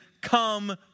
come